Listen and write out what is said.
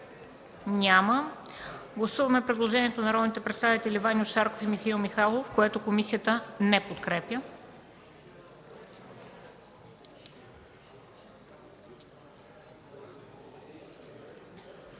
към гласуване на предложението на народните представители Ваньо Шарков и Михаил Михайлов, което комисията не подкрепя.